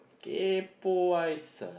kaypoh eyes ah